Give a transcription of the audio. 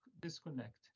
disconnect